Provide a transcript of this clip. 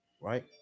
right